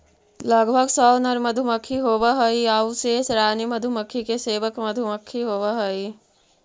लगभग सौ नर मधुमक्खी होवऽ हइ आउ शेष रानी मधुमक्खी के सेवक मधुमक्खी होवऽ हइ